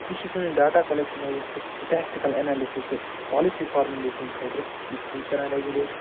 یہِ چھِ سٲنۍ ڈاٹا کولٮ۪کشن یا یُس یہِ سِٹیسٹِکٕل اینالِسِس چھِ پالیسی فارملیشن خٲطرٕ یہِ چھُ کَران ریگوٗلیٹ